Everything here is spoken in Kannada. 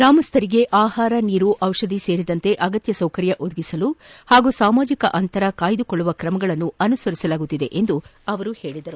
ಗ್ರಾಮಸ್ಥರಿಗೆ ಆಹಾರ ನೀರು ಡಿಷಧಿ ಸೇರಿದಂತೆ ಅಗತ್ಯ ಸೌಕರ್ಯ ಒದಗಿಸಲು ಹಾಗೂ ಸಾಮಾಜಿಕ ಅಂತರ ಕಾಯ್ದುಕೊಳ್ಳುವ ಕ್ರಮಗಳನ್ನು ಅನುಸರಿಸಲಾಗುತ್ತಿದೆ ಎಂದು ಅವರು ಹೇಳಿದರು